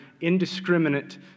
indiscriminate